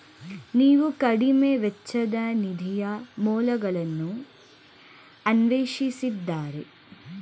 ನೀವು ಕಡಿಮೆ ವೆಚ್ಚದ ನಿಧಿಯ ಮೂಲಗಳನ್ನು ಅನ್ವೇಷಿಸಿದ್ದೀರಾ?